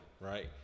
right